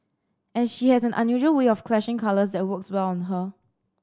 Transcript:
and she has an unusual way of clashing colours that works well on her